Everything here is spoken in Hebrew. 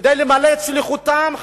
כדי למלא את שליחותם.